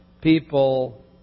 people